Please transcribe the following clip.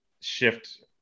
shift